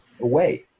away